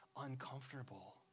uncomfortable